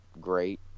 great